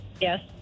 Yes